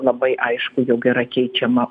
labai aišku jog yra keičiama